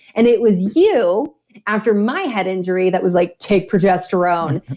and it was you after my head injury that was like, take progesterone.